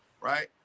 right